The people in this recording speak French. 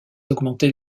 augmenter